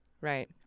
right